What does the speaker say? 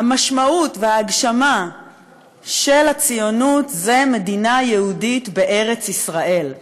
המשמעות וההגשמה של הציונות הן מדינה יהודית בארץ ישראל.